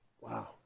Wow